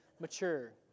mature